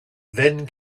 then